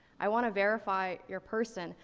i wanna verify your person.